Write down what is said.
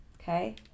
okay